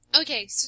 Okay